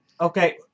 okay